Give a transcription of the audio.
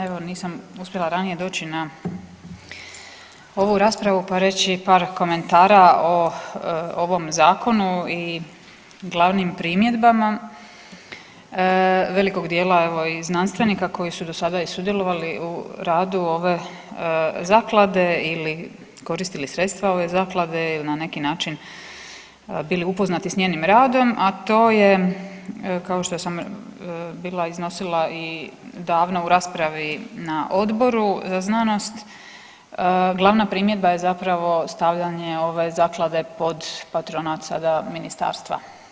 Evo nisam uspjela ranije doći na ovu raspravu pa reći par komentara o ovom zakonu i glavnim primjedbama velikog dijela evo i znanstvenika koji su do sada i sudjelovali u radu ove zaklade ili koristili sredstva ove zaklade i na neki način bili upoznati s njenim radom, a to je kao što sam bila iznosila i davno u raspravi na odboru znanost, glavna primjedba je zapravo stavljanje ove zaklade pod patronat sada ministarstva.